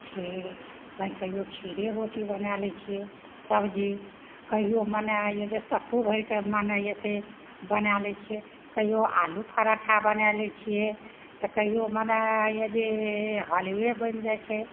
खीर तैँ कहियो खीरे रोटी बनाय लै छियै सब्जी कहियो मने अइमे जे सत्तू भरिकऽ मन हइये जे बनाय लै छियै कहियो आलू पराठा बनाय लै छियै तऽ कहियो मने हैयऽ जे हलुवे बनि जाइ छै